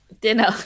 dinner